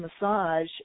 massage